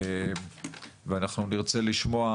ואנחנו נרצה לשמוע